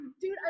Dude